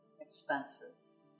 expenses